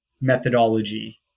methodology